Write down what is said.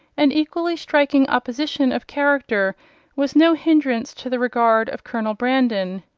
an equally striking opposition of character was no hindrance to the regard of colonel brandon.